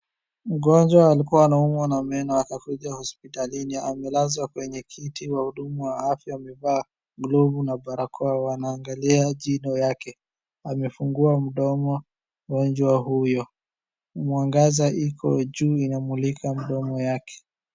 Mgonjwa alikua anaumwa na meno akakuja hospitalini. Amelazwa kwenye kiti wahudumu wa afya wamevaa glovu na barakoa wanaangalia juno yake. Amefungua mdomo mgonjwa huyo. Mwangaza iko juu inamulika mdomo yake.